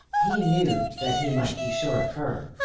he knew that he might be sure of her.